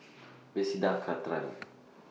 Bethesda Cathedral